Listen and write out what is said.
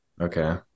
Okay